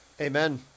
Amen